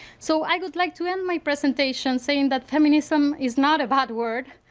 so i would like to end my presentation saying that feminism is not a bad word,